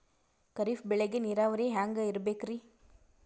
ಖರೀಫ್ ಬೇಳಿಗ ನೀರಾವರಿ ಹ್ಯಾಂಗ್ ಇರ್ಬೇಕರಿ?